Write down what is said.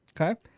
Okay